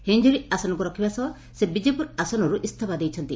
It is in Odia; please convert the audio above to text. ହିଂଜିଳି ଆସନକୁ ରଖିବା ସହ ସେ ବିଜେପୁର ଆସନରୁ ଇସ୍ତଫା ଦେଇଛନ୍ତି